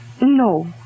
No